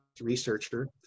researcher